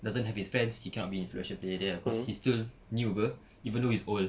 doesn't have his friends he cannot be influential player there cause he still new [pe] even though he's old